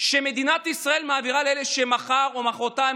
שמדינת ישראל מעבירה לאלה שמחר או מוחרתיים